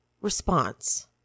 response